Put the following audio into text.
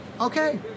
Okay